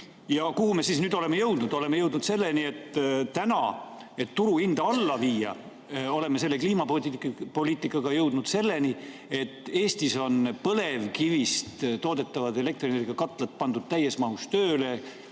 Ent kuhu me siis nüüd oleme jõudnud? Oleme jõudnud selleni, et [sooviga] turuhinda alla viia oleme kliimapoliitikaga jõudnud selleni, et Eestis on põlevkivist toodetava elektrienergia katlad pandud täies mahus tööle